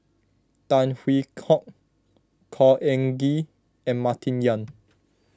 Tan Hwee Hock Khor Ean Ghee and Martin Yan